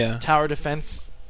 tower-defense